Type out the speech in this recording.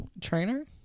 Trainer